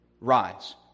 rise